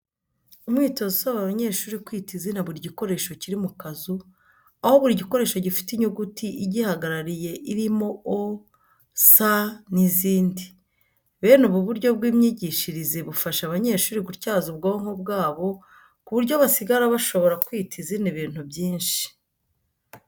Umwitozo usaba abanyeshuri kwita izina buri gikoresho kiri mu kazu, aho buri gikoresho gifite inyuguti igihagarariye irimo O, S n'izindi. Bene ubu buryo bw'imyigishirize bufasha abanyeshuri gutyaza ubwonko bwabo ku buryo basigara bashobora kwita izina ibintu byinshi.